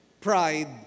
Pride